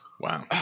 Wow